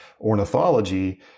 ornithology